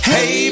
Hey